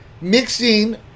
mixing